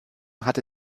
hatte